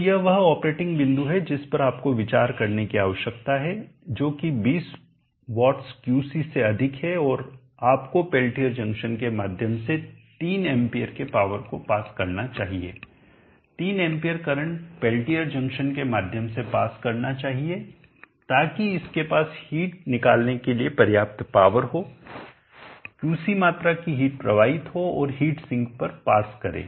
तो यह वह ऑपरेटिंग बिंदु है जिस पर आपको विचार करने की आवश्यकता है जो कि 20 वाट्स क्यूसी से अधिक है और आपको पेल्टियर जंक्शन के माध्यम से 3 एंपियर के पावर को पास करना चाहिए 3 एंपियर करंट पेल्टियर जंक्शन के माध्यम से पास करना चाहिए ताकि इसके पास हीट निकालने के लिए पर्याप्त पावर हो क्यूसी मात्रा की हीट प्रवाहित हो और हीट सिंक पर पास करें